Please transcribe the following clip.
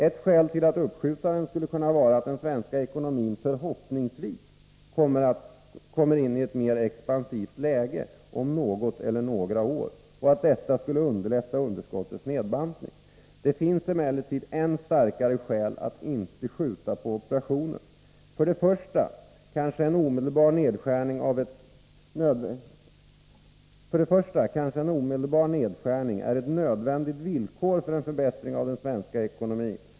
Ett skäl till att uppskjuta den skulle vara att den svenska ekonomin förhoppningsvis kommer in i ett mer expansivt läge om något eller några år och att detta skulle underlätta underskottets nedbantning. Det finns emellertid än starkare skäl att inte skjuta på operationen. För det första kanske en omedelbar nedskärning är ett nödvändigt villkor för en förbättring av den svenska ekonomin.